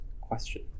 question